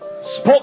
Spoke